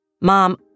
Mom